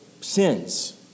Sins